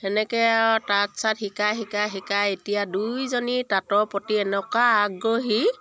সেনেকৈ আৰু তাঁত চাত শিকাই শিকাই শিকাই এতিয়া দুইজনী তাঁতৰ প্ৰতি এনেকুৱা আগ্ৰহী